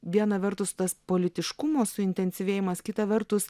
viena vertus tas politiškumo suintensyvėjimas kita vertus